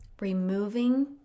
removing